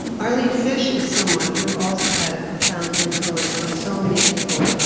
arline fisch is someone who also had a profound influence on so many people,